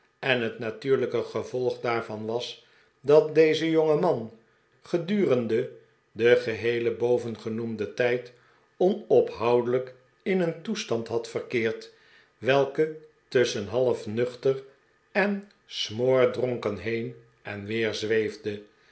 en het natuurlijke gevolg daarvan was dat deze jongeman gedurende den geheelen bovengenoemden tijd onophoudelijk in een toestand had verkeerd welke tusschen half nuchter en smoordronken heen en weer zweefde